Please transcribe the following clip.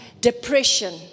depression